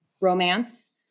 romance